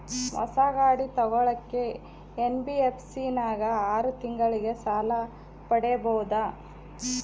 ಹೊಸ ಗಾಡಿ ತೋಗೊಳಕ್ಕೆ ಎನ್.ಬಿ.ಎಫ್.ಸಿ ನಾಗ ಆರು ತಿಂಗಳಿಗೆ ಸಾಲ ಪಡೇಬೋದ?